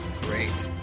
Great